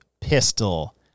pistol